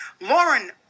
Lauren